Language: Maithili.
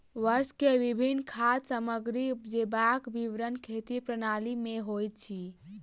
वर्ष मे विभिन्न खाद्य सामग्री उपजेबाक विवरण खेती प्रणाली में होइत अछि